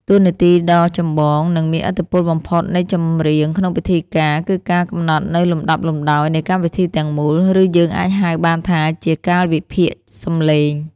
តួនាទីដ៏ចម្បង និងមានឥទ្ធិពលបំផុតនៃចម្រៀងក្នុងពិធីការ គឺការកំណត់នូវលំដាប់លំដោយនៃកម្មវិធីទាំងមូល ឬយើងអាចហៅបានថាជា «កាលវិភាគសម្លេង»។